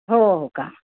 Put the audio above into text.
हो हो का